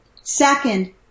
Second